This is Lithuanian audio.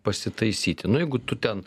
pasitaisyti nu jeigu tu ten